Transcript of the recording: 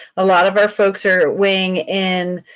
a lot of our folks are weighing in.